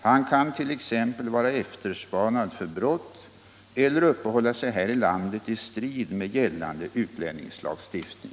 Han kan t.ex. vara efterspanad för brott eller uppehålla sig här i landet i strid mot gällande utlänningslagstiftning.